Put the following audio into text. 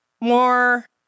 more